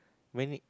mainly